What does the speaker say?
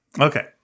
Okay